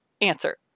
Answer